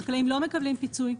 החקלאים לא מקבלים פיצוי.